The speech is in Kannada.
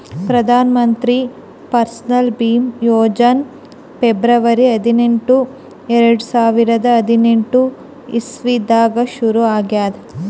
ಪ್ರದಾನ್ ಮಂತ್ರಿ ಫಸಲ್ ಭೀಮಾ ಯೋಜನಾ ಫೆಬ್ರುವರಿ ಹದಿನೆಂಟು, ಎರಡು ಸಾವಿರದಾ ಹದಿನೆಂಟನೇ ಇಸವಿದಾಗ್ ಶುರು ಆಗ್ಯಾದ್